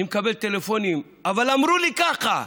אני מקבל טלפונים: אבל אמרו לי ככה,